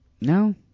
No